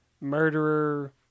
murderer